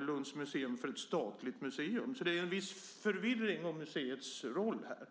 Lunds museum för ett statligt museum. Det finns alltså en viss förvirring om museets roll här.